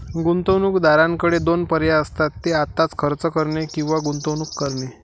गुंतवणूकदाराकडे दोन पर्याय असतात, ते आत्ताच खर्च करणे किंवा गुंतवणूक करणे